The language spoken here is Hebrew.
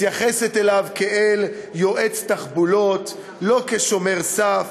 מתייחסת אליו כאל יועץ תחבולות, לא כשומר סף,